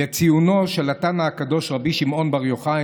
לציונו של התנא הקדוש רבי שמעון בר יוחאי,